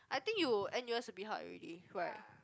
I think you n_u_s a bit hard already right